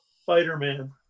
spider-man